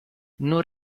non